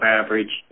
average